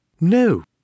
No